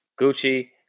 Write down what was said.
Gucci